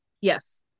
Yes